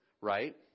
Right